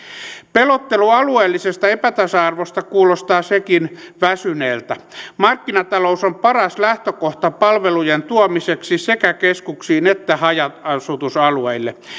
pelottelu alueellisesta epätasa arvosta kuulostaa sekin väsyneeltä markkinatalous on paras lähtökohta palvelujen tuomiseksi sekä keskuksiin että haja asutusalueille